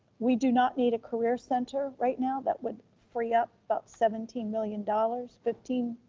we do not need a career center right now that would free up about seventeen million dollars, fifteen,